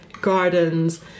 gardens